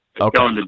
Okay